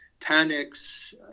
panics